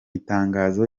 itangazo